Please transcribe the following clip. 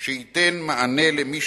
שייתן מענה למי